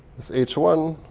this h one.